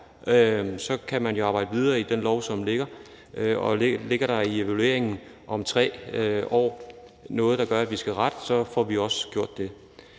Så kan man jo arbejde videre med den lov, som ligger. Og ligger der i evalueringen om 3 år noget, der gør, at vi skal rette, så får vi også gjort det.